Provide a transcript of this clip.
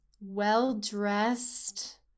well-dressed